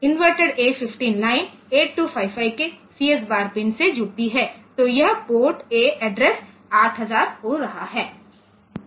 inverted A 15 line 8255 के CS bar pin से जुड़ती है तो यह पोर्ट A एड्रेस 8000 हो रहा है